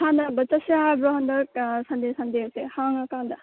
ꯁꯥꯟꯅꯕ ꯆꯠꯁꯦ ꯍꯥꯏꯕ꯭ꯔꯣ ꯍꯟꯗꯛ ꯁꯟꯗꯦ ꯁꯟꯗꯦꯁꯦ ꯍꯥꯡꯉ ꯀꯥꯟꯗ